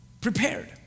Prepared